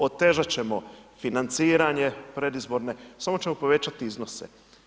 Otežat ćemo financiranje predizborne, samo ćemo povećati iznose.